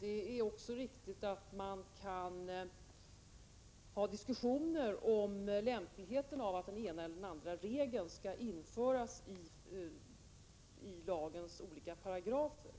Det är också viktigt att man kan föra diskussioner om lämpligheten av att den ena eller andra regeln förs in i lagens olika paragrafer.